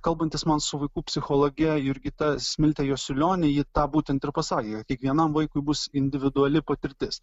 kalbantis man su vaikų psichologe jurgita smilte jasiulione ji tą būtent ir pasakė kiekvienam vaikui bus individuali patirtis